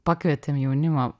pakvietėm jaunimą